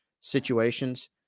situations